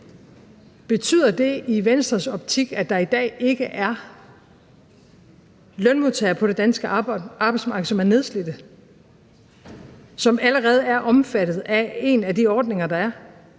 Betyder det i Venstres optik, at der i dag ikke er lønmodtagere på det danske arbejdsmarked, som er nedslidte – at de allerede er omfattet af en af de ordninger, der er?